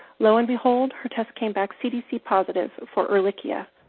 lo and behold, her tests came back cdc-positive for ehrlichia.